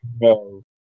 no